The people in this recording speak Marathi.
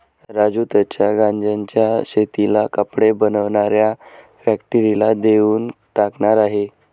राजू त्याच्या गांज्याच्या शेतीला कपडे बनवणाऱ्या फॅक्टरीला देऊन टाकणार आहे